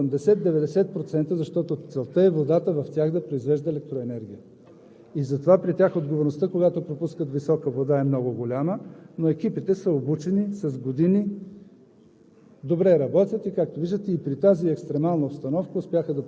отначало да се знае, че енергийните язовири винаги ги държим на 80 – 90%, защото целта е водата в тях да произвежда електроенергия. И затова при тях отговорността, когато пропускат висока вода, е много голяма, но екипите са обучени с години,